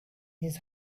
his